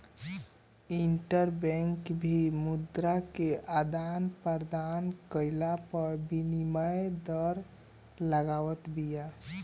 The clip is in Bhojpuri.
इंटरबैंक भी मुद्रा के आदान प्रदान कईला पअ विनिमय दर लगावत बिया